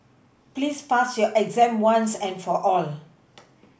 please pass your exam once and for all